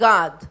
God